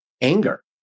anger